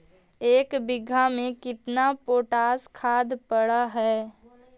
एक बिघा में केतना पोटास खाद पड़ है?